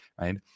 right